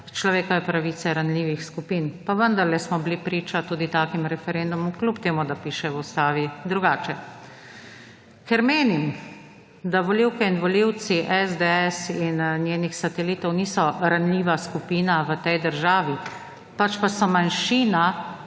človekove pravice ranljivih skupin, pa vendarle smo bili priča tudi takim referendumom, kljub temu da piše v ustavi drugače. Ker menim, da volivke in volivci SDS in njenih satelitov niso ranljiva skupina v tej državi, pač pa so manjšina,